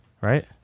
right